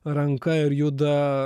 ranka ir juda